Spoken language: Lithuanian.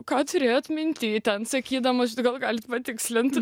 ką turėjot mintyje ten sakydamas gal galit patikslint